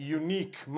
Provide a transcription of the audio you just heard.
unique